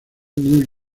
new